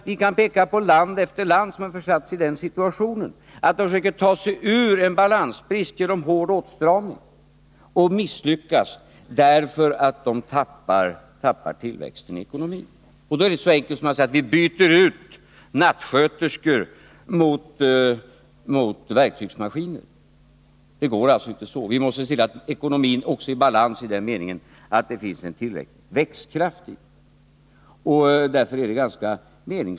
Vi kan peka på land efter land som försatts i den situationen, att man försöker ta sig ur en balansbrist genom hård åtstramning, men misslyckas därför att man tappar tillväxten i ekonomin. Då är det inte så enkelt som att säga: Vi byter ut nattsköterskor mot verktygsmaskiner. Det går inte till på det sättet. Vi måste också se till att ekonomin är i balans i den meningen att det finns tillväxtkraft.